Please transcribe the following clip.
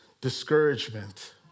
discouragement